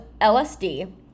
LSD